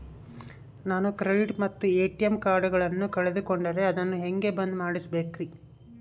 ನಾನು ಕ್ರೆಡಿಟ್ ಮತ್ತ ಎ.ಟಿ.ಎಂ ಕಾರ್ಡಗಳನ್ನು ಕಳಕೊಂಡರೆ ಅದನ್ನು ಹೆಂಗೆ ಬಂದ್ ಮಾಡಿಸಬೇಕ್ರಿ?